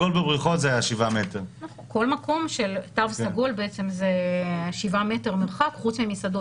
כל מקום של תו סגול זה בעצם זה 7 מטר מרחק חוץ ממסעדות,